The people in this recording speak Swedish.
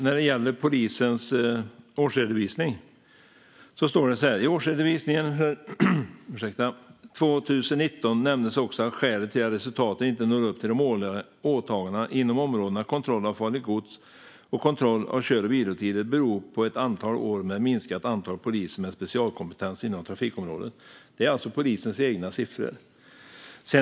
När det gäller polisens årsredovisning står det att det i årsredovisningen för 2019 nämns att skälet till att resultaten inte når upp till de årliga åtagandena inom områdena kontroll av farligt gods och kontroll av kör och vilotider är ett antal år med minskat antal poliser med specialkompetens inom trafikområdet. Detta är alltså polisens egna siffror.